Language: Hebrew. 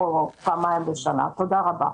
תודה רבה.